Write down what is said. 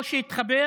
או התחבר